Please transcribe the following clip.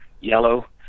yellow